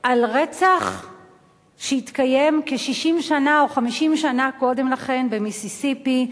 על רצח שהתקיים כ-60 שנה או 50 שנה קודם לכן במיסיסיפי.